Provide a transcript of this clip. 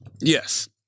yes